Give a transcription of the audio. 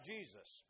Jesus